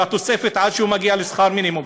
והתוספת היא עד שהוא מגיע לשכר מינימום.